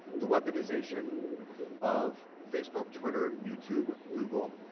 the weaponization of facebook, twitter, youtube, google,